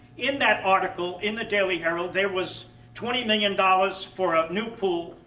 in that article in the daily herald, there was twenty million dollars for a new pool,